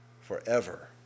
forever